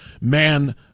man